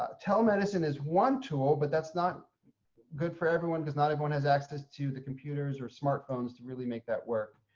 telemedicine is one tool, but that's not good for everyone because not everyone has access to the computers or smartphones, to really make that work.